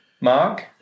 mark